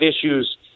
issues